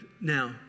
now